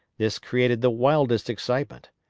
this created the wildest excitement.